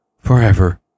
forever